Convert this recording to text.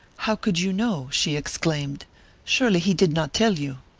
how could you know? she exclaimed surely he did not tell you!